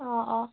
অঁ অঁ